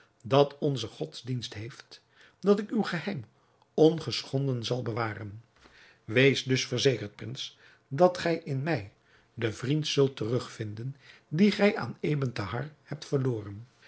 dat onze godsdienst heeft dat ik uw geheim ongeschonden zal bewaren wees dus verzekerd prins dat gij in mij den vriend zult terugvinden dien gij aan ebn thahar hebt verloren